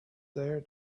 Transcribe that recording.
there